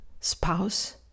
spouse